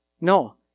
No